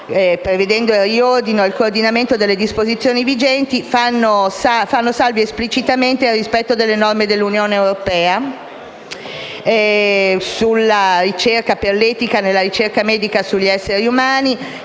prevedere il riordino ed il coordinamento delle disposizioni vigenti, fanno salvi esplicitamente il rispetto delle norme dell'Unione europea sull'etica nella ricerca medica sugli esseri umani,